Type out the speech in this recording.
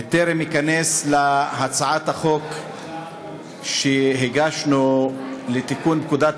בטרם אכנס להצעת החוק שהגשנו לתיקון פקודת